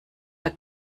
der